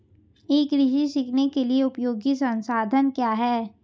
ई कृषि सीखने के लिए उपयोगी संसाधन क्या हैं?